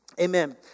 Amen